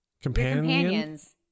companions